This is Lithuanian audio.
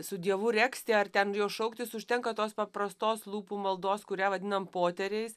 su dievu regzti ar ten jo šauktis užtenka tos paprastos lūpų maldos kurią vadinam poteriais